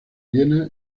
viena